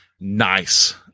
nice